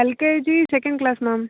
LKG second class ma'am